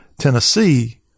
Tennessee